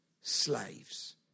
slaves